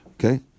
Okay